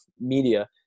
media